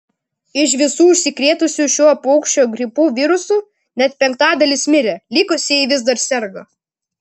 iš visų užsikrėtusių šiuo paukščių gripo virusu net penktadalis mirė likusieji vis dar serga